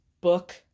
book